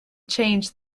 change